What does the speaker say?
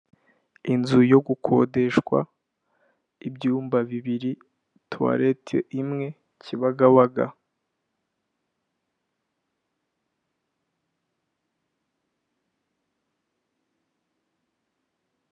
Inzu yo gukodeshwa ibyumba bibiri tuwarete imwe Kibagabaga.